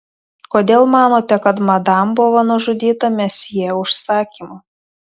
kodėl manote kad madam buvo nužudyta mesjė užsakymu